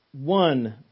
one